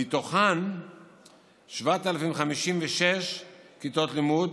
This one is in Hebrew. ומתוכן 7,056 כיתות לימוד